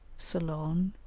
ceylon,